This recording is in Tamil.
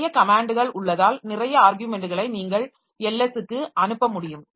நிறைய கமேன்ட்கள் உள்ளதால் நிறைய ஆர்க்யுமெண்ட்களை நீங்கள் ls க்கு அனுப்ப முடியும்